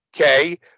okay